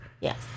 Yes